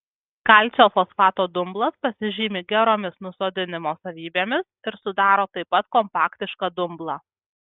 kalcio fosfato dumblas pasižymi geromis nusodinimo savybėmis ir sudaro taip pat kompaktišką dumblą